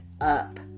up